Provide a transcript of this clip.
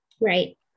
Right